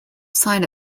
signed